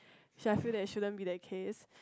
shall I feel that it shouldn't be the case